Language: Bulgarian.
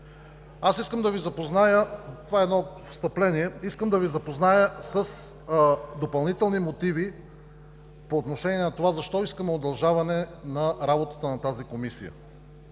Искам да Ви запозная с допълнителни мотиви по отношение на това защо искаме удължаване на работата на тази Комисия.